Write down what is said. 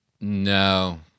no